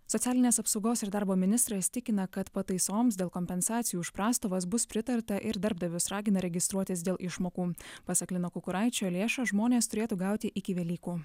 socialinės apsaugos ir darbo ministras tikina kad pataisoms dėl kompensacijų už prastovas bus pritarta ir darbdavius ragina registruotis dėl išmokų pasak lino kukuraičio lėšas žmonės turėtų gauti iki velykų